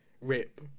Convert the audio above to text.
Rip